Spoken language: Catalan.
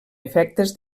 efectes